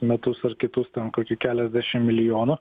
metus ar kitus ten kokį keliasdešim milijonų